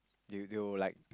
do you go like